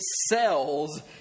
cells